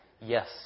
Yes